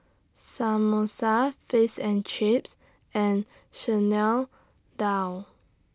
Samosa Face and Chips and Chanel Dal